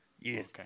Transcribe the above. Yes